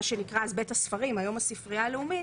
שנקרא אז "בית הספרים" - היום הספרייה הלאומית,